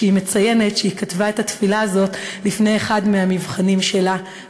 כשהיא מציינת שהיא כתבה את התפילה הזאת לפני אחד מהמבחנים שהיו לה.